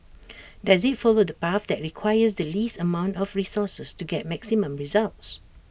does IT follow the path that requires the least amount of resources to get maximum results